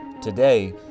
Today